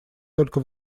только